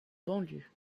banlieue